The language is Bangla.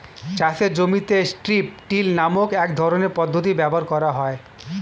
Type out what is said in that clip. চাষের জমিতে স্ট্রিপ টিল নামক এক রকমের পদ্ধতি ব্যবহার করা হয়